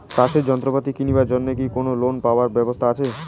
চাষের যন্ত্রপাতি কিনিবার জন্য কি কোনো লোন পাবার ব্যবস্থা আসে?